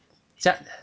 这样